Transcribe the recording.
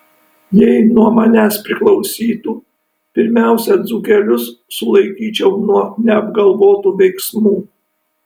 jei nuo manęs priklausytų pirmiausia dzūkelius sulaikyčiau nuo neapgalvotų veiksmų